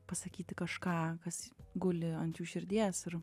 pasakyti kažką kas guli ant jų širdies ir